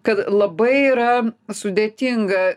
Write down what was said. kad labai yra sudėtinga